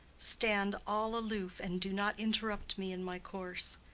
stand all aloof and do not interrupt me in my course.